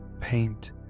paint